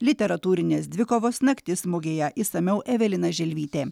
literatūrinės dvikovos naktis mugėje išsamiau evelina želvytė